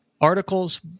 Articles